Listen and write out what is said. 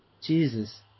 Jesus